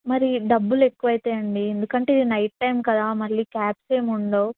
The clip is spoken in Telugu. మరి డబ్బులు ఎక్కువ అవుతాయి అండి ఎందుకంటే ఇది నైట్ టైం కదా మళ్ళీ క్యాబ్స్ ఏమి ఉండవు